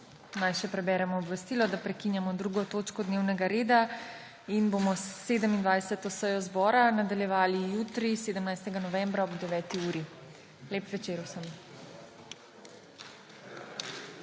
Naj še preberem obvestilo, da prekinjamo 2. točko dnevnega reda in bomo 27. sejo Državnega zbora nadaljevali jutri, 17. novembra 2021, ob 9. uri. Lep večer vsem!